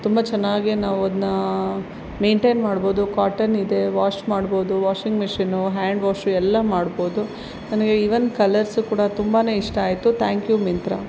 ತುಂಬ ಚೆನ್ನಾಗೆ ನಾವು ಅದನ್ನ ಮೇಂಟೇನ್ ಮಾಡ್ಬೋದು ಕಾಟನ್ ಇದೆ ವಾಶ್ ಮಾಡ್ಬೋದು ವಾಷಿಂಗ್ ಮಿಷಿನು ಹ್ಯಾಂಡ್ ವಾಶು ಎಲ್ಲ ಮಾಡ್ಬೋದು ನನಗೆ ಈವನ್ ಕಲರ್ಸು ಕೂಡ ತುಂಬಾ ಇಷ್ಟ ಆಯಿತು ಥ್ಯಾಂಕ್ ಯು ಮಿಂತ್ರ